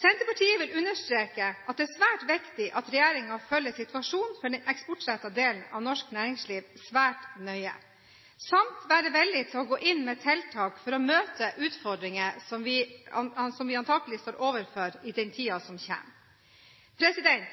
Senterpartiet vil understreke at det er svært viktig at regjeringen følger situasjonen for den eksportrettede delen av norsk næringsliv svært nøye, samt være villig til å gå inn med tiltak for å møte utfordringer, som vi antakelig står overfor i tiden som kommer.